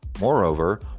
Moreover